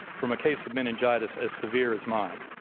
from a case of meningitis as severe as mine.